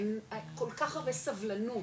כל כך הרבה סבלנות,